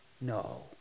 No